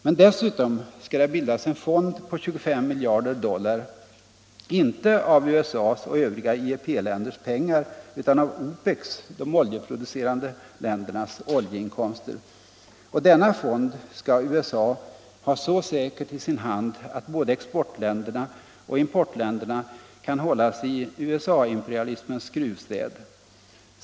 Men dessutom skall det bildas en fond på 25 miljarder dollar, inte av USA:s och övriga IEP-länders pengar utan av OPEC:s, de ol jeproducerande ländernas, oljeinkomster. Och denna fond skall USA ha — Nr 14 så säkert i sin hand att både exportländerna och importländerna kan Tisdagen den hållas i USA-imperialismens skruvstäd.